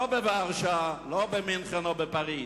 לא בוורשה, במינכן או בפריס,